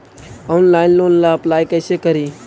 Online loan ला apply कैसे करी?